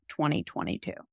2022